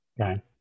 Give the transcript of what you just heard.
Okay